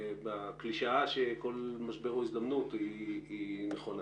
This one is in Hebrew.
הקלישאה שכל משבר הוא הזדמנות היא נכונה,